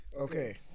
Okay